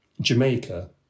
Jamaica